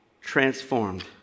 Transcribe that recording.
transformed